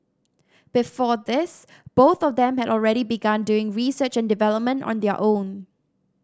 before this both of them had already begun doing research and development on their own